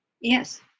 Yes